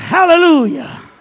Hallelujah